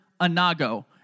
anago